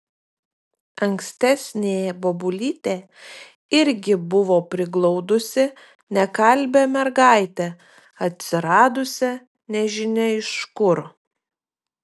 ankstesnė bobulytė irgi buvo priglaudusi nekalbią mergaitę atsiradusią nežinia iš kur